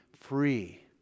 free